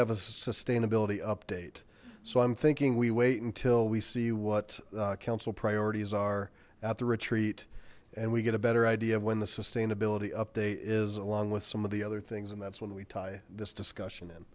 have a sustainability update so i'm thinking we wait until we see what council priorities are at the retreat and we get a better idea of when the sustainability update is along with some of the other things and that's when we tie this discussion in